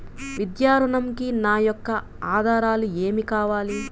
విద్యా ఋణంకి నా యొక్క ఆధారాలు ఏమి కావాలి?